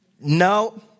No